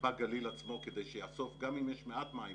בגליל עצמו כדי שיאסוף גם אם יש מעט מים